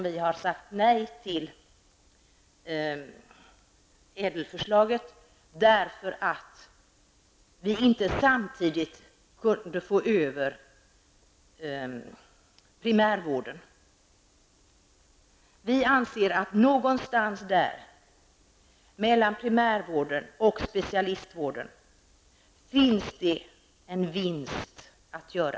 Vi har sagt nej till ÄDEL-förslaget, eftersom vi inte samtidigt kunde få över primärvården. Vi anser att någonstans där, mellan primärvården och specialistvården, finns en vinst att göra.